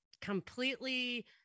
completely